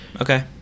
okay